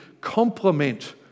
complement